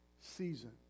season